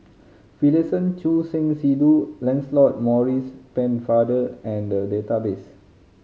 Finlayson Choor Singh Sidhu Lancelot Maurice Pennefather are in the database